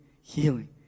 healing